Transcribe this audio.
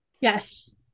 Yes